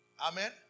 Amen